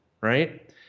right